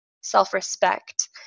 self-respect